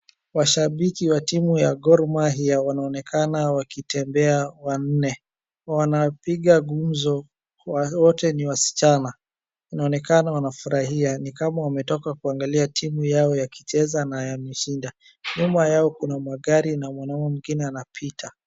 Washabiki wa timu ya Gor Mahia wanaonekana wakitembea wanne. Wanapiga ngumzo, wote ni wasichana. Inaonekana wanafurahia, ni kama wametoka kuangalia timu yao yakicheza na yameshinda. Nyuma yao kuna magari na mwanaume mwingine anapita.